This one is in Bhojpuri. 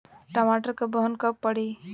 टमाटर क बहन कब पड़ी?